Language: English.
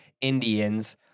Indians